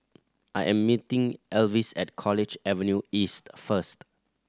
I am meeting Elvis at College Avenue East first